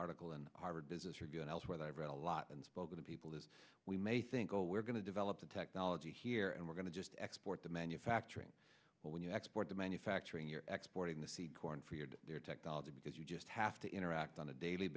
article in harvard business review and elsewhere that i've read a lot and spoken to people is we may think oh we're going to develop the technology here and we're going to just export the manufacturing but when you export the manufacturing you're exploiting the seed corn for your to their technology because you just have to interact on a daily